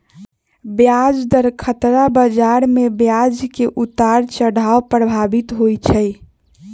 ब्याज दर खतरा बजार में ब्याज के उतार चढ़ाव प्रभावित होइ छइ